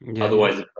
Otherwise